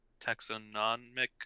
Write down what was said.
taxonomic